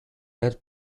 had